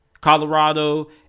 Colorado